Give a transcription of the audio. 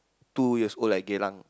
two years old at Geylang